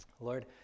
Lord